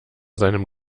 seinem